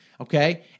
okay